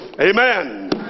Amen